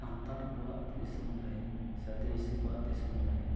ᱥᱟᱱᱛᱟᱲ ᱠᱚᱣᱟ ᱫᱤᱥᱚᱢᱨᱮ ᱥᱮ ᱟᱫᱤᱵᱟᱥᱤ ᱠᱚᱣᱟᱜ ᱫᱤᱥᱚᱢᱨᱮ